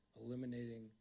eliminating